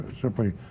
simply